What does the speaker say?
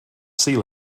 sea